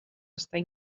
estar